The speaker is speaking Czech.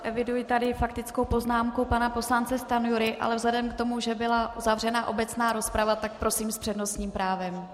Eviduji tady faktickou poznámku pana poslance Stanjury, ale vzhledem k tomu, že byla uzavřena obecná rozprava, tak prosím s přednostním právem.